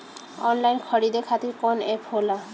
Online खरीदे खातीर कौन एप होला?